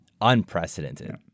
unprecedented